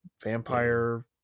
Vampire